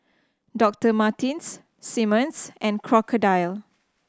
Doctor Martens Simmons and Crocodile